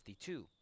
52